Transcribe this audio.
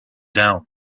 down